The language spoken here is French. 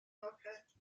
nombreuses